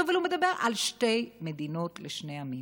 אבל הוא מדבר על שתי מדינות לשני עמים.